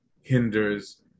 hinders